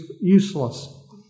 useless